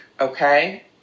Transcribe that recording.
Okay